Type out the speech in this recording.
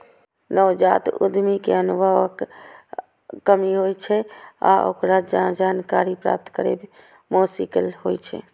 नवजात उद्यमी कें अनुभवक कमी होइ छै आ ओकरा जानकारी प्राप्त करै मे मोश्किल होइ छै